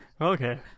Okay